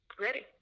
Ready